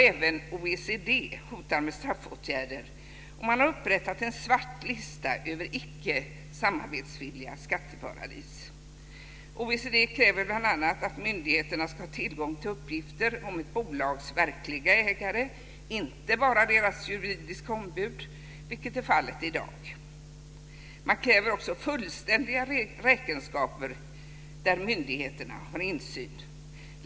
Även OECD hotar med straffåtgärder. Man har upprättat en svart lista över icke samarbetsvilliga skatteparadis. OECD kräver bl.a. att myndigheter ska ha tillgång till uppgifter om ett bolags verkliga ägare och inte bara dess juridiska ombud, vilket är fallet i dag. Man kräver också fullständiga räkenskaper där myndigheterna har insyn.